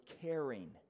caring